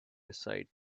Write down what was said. beside